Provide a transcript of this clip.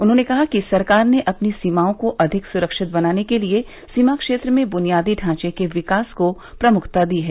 उन्होंने कहा कि सरकार ने अपनी सीमाओं को अधिक सुरक्षित बनाने के लिए सीमा क्षेत्र में बुनियादी ढांचे के विकास को प्रमुखता दी है